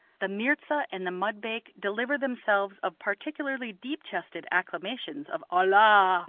the mirza and the mudbake deliver themselves of particularly deep-chested acclamations of allah,